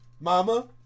Mama